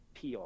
PR